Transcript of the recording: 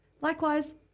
likewise